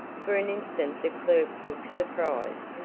for an instant the clerk looked surprised.